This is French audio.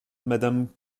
madame